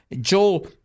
Joel